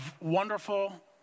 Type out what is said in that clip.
wonderful